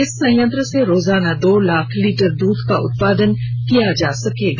इस संयंत्र से रोजाना दो लाख लीटर दूध का उत्पादन किया जा सकेगा